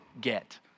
get